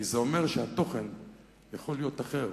כי זה אומר שהתוכן יכול להיות אחר.